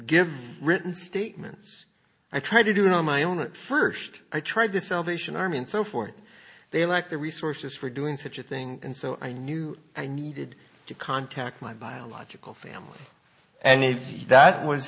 give written statements i try to do it on my own at first i tried the salvation army and so forth they lack the resources for doing such a thing and so i knew i needed to contact my biological family and if that was